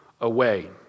away